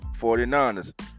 49ers